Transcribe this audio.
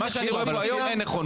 לפי מה שאני רואה פה היום, אין נכונות.